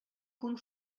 punt